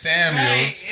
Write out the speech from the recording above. Samuels